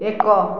ଏକ